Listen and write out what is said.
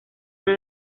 una